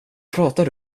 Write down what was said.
pratar